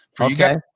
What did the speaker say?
Okay